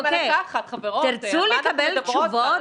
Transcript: מה לקחת חברות -- תרצו לקבל תשובות?